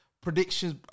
predictions